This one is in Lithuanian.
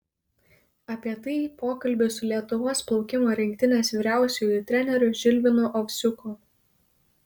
apie tai pokalbis su lietuvos plaukimo rinktinės vyriausiuoju treneriu žilvinu ovsiuku